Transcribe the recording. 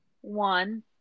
one